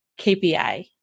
KPI